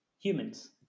humans